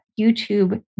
YouTube